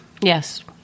Yes